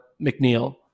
McNeil